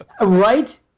Right